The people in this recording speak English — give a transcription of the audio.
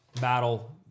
battle